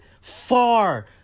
far